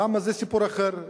למה, זה סיפור אחר.